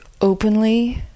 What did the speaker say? openly